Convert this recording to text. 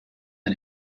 ein